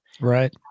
Right